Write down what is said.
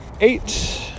eight